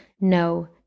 No